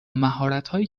مهارتهایی